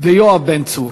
ויואב בן צור.